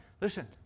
listen